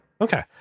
Okay